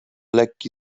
lekki